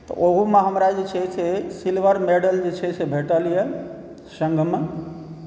तऽ ओहुमे हमरा जे छै से सिल्वर मेडल जे छै से भेटल अइ सङ्गमे